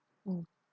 mm